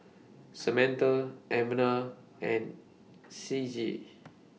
Samantha Abner and Ciji